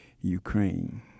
Ukraine